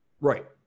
Right